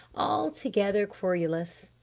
altogether querulous.